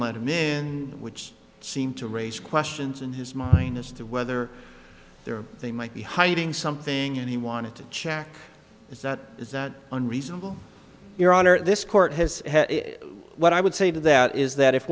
let him in which seemed to raise questions in his mind as to whether they're they might be hiding something and he wanted to check it's not that unreasonable your honor this court has what i would say to that is that if